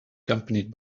accompanied